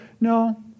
No